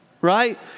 right